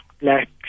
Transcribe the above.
black